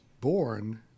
born